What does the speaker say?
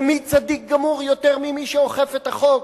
ומי צדיק גמור יותר ממי שאוכף את החוק?